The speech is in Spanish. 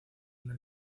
una